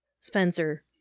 Spencer